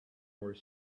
were